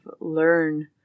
learn